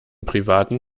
privaten